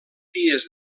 dies